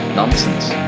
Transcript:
nonsense